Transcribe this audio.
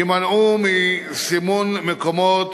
יימנעו מסימון מקומות